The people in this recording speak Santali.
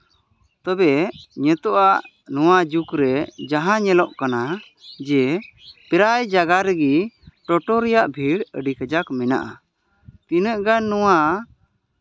ᱛᱚᱵᱮ ᱱᱤᱛᱚᱜᱼᱟ ᱱᱚᱣᱟ ᱡᱩᱜᱽ ᱨᱮ ᱡᱟᱦᱟᱸ ᱧᱮᱞᱚᱜ ᱠᱟᱱᱟ ᱡᱮ ᱯᱨᱟᱭ ᱡᱟᱭᱜᱟ ᱨᱮᱜᱮ ᱴᱳᱴᱳ ᱨᱮᱭᱟᱜ ᱵᱷᱤᱲ ᱟᱹᱰᱤ ᱠᱟᱡᱟᱠ ᱢᱮᱱᱟᱜᱼᱟ ᱛᱤᱱᱟᱹᱜ ᱜᱟᱱ ᱱᱚᱣᱟ